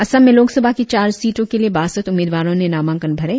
असम में लोकसभा की चार सीटों के लिए बासठ उम्मीदवारो ने नामांकन पत्र भरे